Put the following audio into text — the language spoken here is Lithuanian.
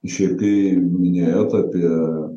šiaip kai minėjot apie